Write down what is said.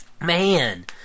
Man